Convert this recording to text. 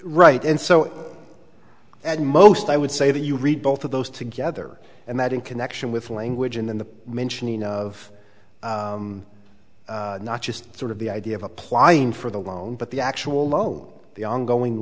right and so at most i would say that you read both of those together and that in connection with language in the mentioning of not just sort of the idea of applying for the loan but the actual loan the ongoing